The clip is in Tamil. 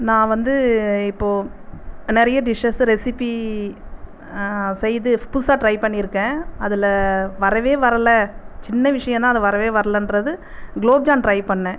நான் வந்து இப்போது நிறைய டிஷ்ஷஸ் ரெசிப்பி செய்து புதுசாக ட்ரை பண்ணிருக்கேன் அதில் வரவே வரல சின்ன விஷயந்தான் அது வரவே வரலன்றது குலோப்ஜாம் ட்ரை பண்ணேன்